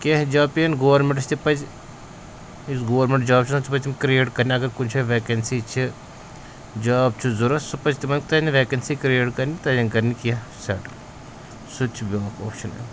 کیٚنٛہہ جاب پیٚیَن گورمٮ۪نٛٹَس تہِ پَزِ یُس گورمٮ۪نٛٹ جاب چھُ آسان سُہ پَزِ کِرٛییٹ کَرنہِ اگر کُنہِ جایہِ ویکٮ۪نسی چھِ جاب چھُ ضوٚرَتھ سُہ پَزِ تِمَن ویکٮ۪نسی کرٛییٹ کَرنہِ تَتٮ۪ن کَرنہِ کیٚنٛہہ سٮ۪ٹٕل سُہ تہِ چھُ بیٛاکھ اوپشَن اَمیُک